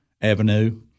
Avenue